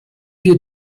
wir